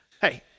Hey